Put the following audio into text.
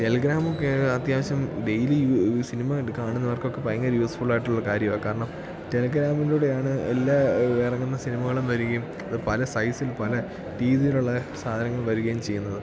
ടെലഗ്രാമൊക്കെ അത്യാവശ്യം ഡെയ്ലി യൂസിനും സിനിമ കണ്ടു കാണുന്നവർക്കൊക്കെ ഭയങ്കര യൂസ്ഫുള്ളായിട്ടുള്ള കാര്യമാണ് കാരണം ടെലഗ്രാമിലൂടെയാണ് എല്ലാ ഇറങ്ങുന്ന സിനിമകളും വരികയും അത് പല സൈസിൽ പല രീതിയിലുള്ള സാധനങ്ങൾ വരികയും ചെയ്യുന്നത്